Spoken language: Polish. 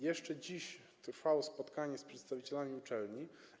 Jeszcze dziś trwało spotkanie z przedstawicielami uczelni.